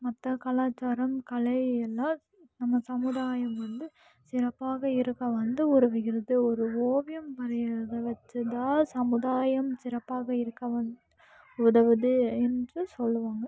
மற்ற கலாச்சாரம் கலை எல்லாம் நம்ம சமுதாயம் வந்து சிறப்பாக இருக்க வந்து ஒரு விகிதத்தை ஒரு ஓவியம் வரையிறதை வச்சுதான் சமுதாயம் சிறப்பாக இருக்க வந்து உதவுது என்று சொல்லுவாங்க